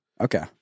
Okay